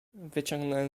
wyciągnąłem